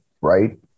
right